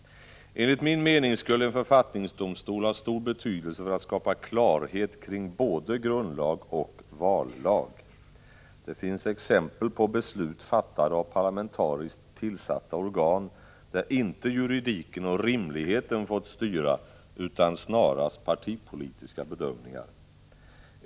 Enligt min mening skulle en författningsdomstol ha stor betydelse för att skapa klarhet kring både grundlag och vallag. Det finns exempel på beslut, fattade av parlamentariskt tillsatta organ, där inte juridiken och rimligheten fått styra utan snarast partipolitiska bedömningar.